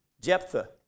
Jephthah